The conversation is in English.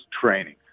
training